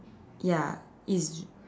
ya it's